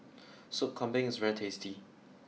Sop Kambing is very tasty